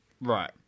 right